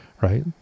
right